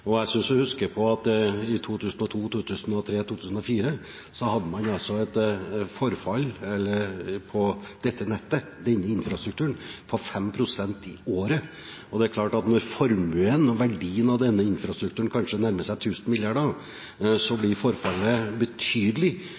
heller. Jeg synes å huske at i 2002–2003–2004 hadde man et forfall på dette nettet, denne infrastrukturen, på 5 pst. i året, og det er klart at når formuen, verdien av denne infrastrukturen nærmer seg 1 000 mrd. kr, blir forfallet betydelig.